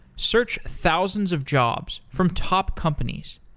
search thousands of jobs from top companies.